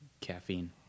caffeine